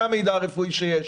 זה המידע הרפואי שיש.